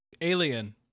Alien